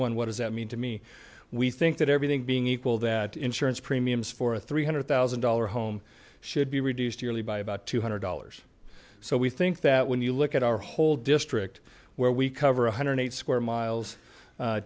one what does that mean to me we think that everything being equal that insurance premiums for three hundred thousand dollars home should be reduced yearly by about two hundred dollars so we think that when you look at our whole district where we cover one hundred square miles